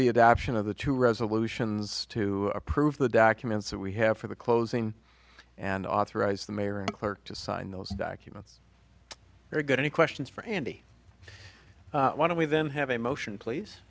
the adoption of the two resolutions to approve the documents that we have for the closing and authorized the mayor and clerk to sign those documents very good any questions for andy why don't we then have a motion please